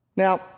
Now